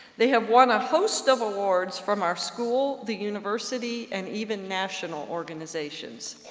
they have won a host of awards from our school, the university, and even national organizations.